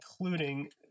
including